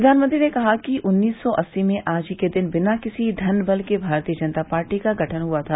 प्रधानमंत्री ने कहा है कि उन्नीस सौ अस्सी में आज ही के दिन बिना किसी धन बल के भारतीय जनता पार्टी का गठन हुआ था